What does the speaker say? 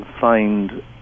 find